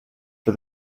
for